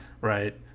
right